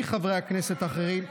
ומחברי הכנסת האחרים,